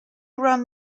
run